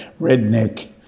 redneck